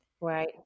Right